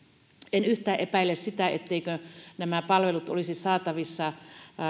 en yhtään epäile sitä etteivätkö nämä palvelut olisi saatavissa